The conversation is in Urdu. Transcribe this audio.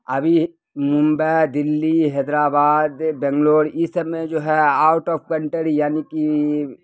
ابھی ممبئی دلی حیدرآباد بنگلور یہ سب میں جو ہے آؤٹ آف کنٹری یعنی کہ